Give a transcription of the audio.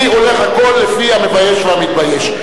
אני הולך, הכול לפי המבייש והמתבייש.